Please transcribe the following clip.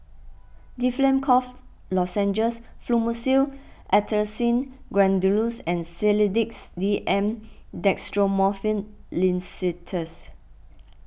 Difflam Cough Lozenges Fluimucil Acetylcysteine Granules and Sedilix D M Dextromethorphan Linctus